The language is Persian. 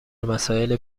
مسائل